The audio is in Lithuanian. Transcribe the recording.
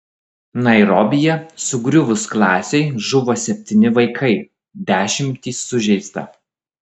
nairobyje sugriuvus klasei žuvo septyni vaikai dešimtys sužeista